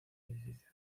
edificio